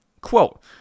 Quote